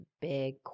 big